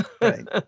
right